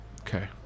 Okay